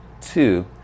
Two